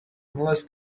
unless